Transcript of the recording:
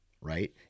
right